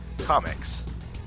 Comics